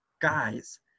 guys